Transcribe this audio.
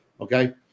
okay